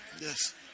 yes